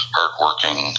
hardworking